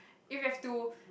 if we have to